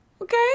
Okay